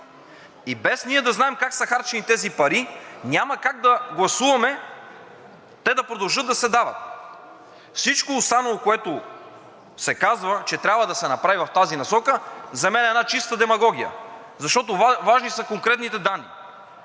И без ние да знаем как са харчени тези пари, няма как да гласуваме те да продължат да се дават. Всичко останало, което се казва, че трябва да се направи в тази насока, за мен е една чиста демагогия, защото са важни конкретните данни.